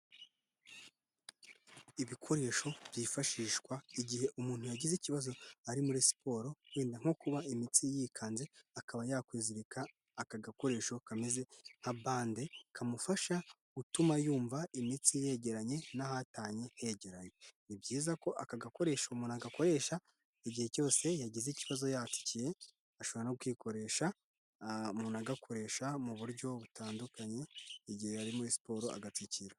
Ibikoresho byifashishwa igihe umuntu yagize ikibazo ari muri siporo wenda nko kuba imitsi yikanze akaba yakwizirika aka gakoresho kameze nka bande kamufasha gutuma yumva imitsi yegeranye n'ahatanye hegeranye, ni byiza ko aka gakoresho umuntu gakoresha igihe cyose yagize ikibazo yatsikiye ashobora no kwikoresha umuntu agakoresha mu buryo butandukanye igihe yari muri siporo agatsikira.